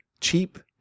cheap